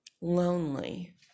lonely